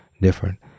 different